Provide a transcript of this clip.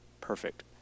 perfect